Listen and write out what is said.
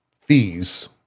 fees